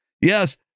Yes